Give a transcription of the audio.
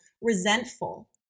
resentful